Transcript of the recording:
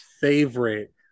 favorite